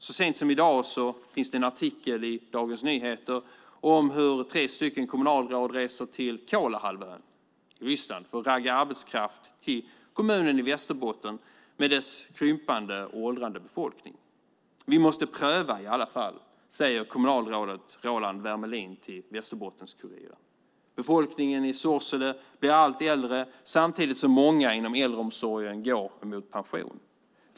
Så sent som i dag finns det en artikel i Dagens Nyheter om hur tre kommunalråd reser till Kolahalvön i Ryssland för att ragga arbetskraft till kommunen i Västerbotten med dess krympande och åldrande befolkning. Vi måste pröva i alla fall, säger kommunalrådet Roland Wermelin till Västerbottens-Kuriren. Befolkningen i Sorsele blir allt äldre samtidigt som många inom äldreomsorgen går mot pension.